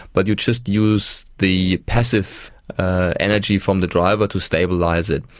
but you just use the passive energy from the driver to stabilise it.